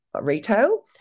retail